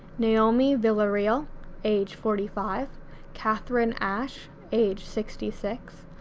noemi villarreal age forty five kathryn ashe age sixty six,